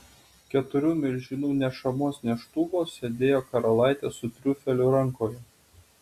keturių milžinų nešamuos neštuvuos sėdėjo karalaitė su triufeliu rankoje